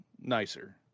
nicer